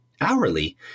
hourly